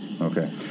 Okay